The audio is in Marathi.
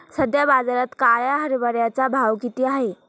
सध्या बाजारात काळ्या हरभऱ्याचा भाव किती आहे?